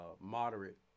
moderate